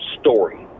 story